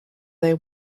they